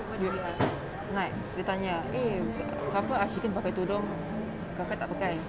like they tanya eh asal ashikin pakai tudung kakak tak pakai